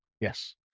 Yes